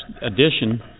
edition